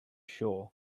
sure